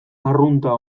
arrunta